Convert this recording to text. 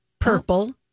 purple